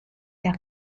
der